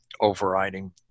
overriding